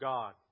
God